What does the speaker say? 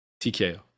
TKO